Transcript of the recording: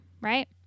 right